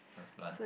those plant